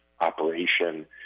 operation